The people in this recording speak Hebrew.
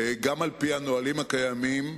גם על-פי הנהלים הקיימים,